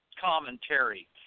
commentary